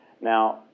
Now